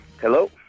Hello